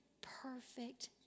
perfect